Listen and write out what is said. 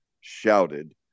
shouted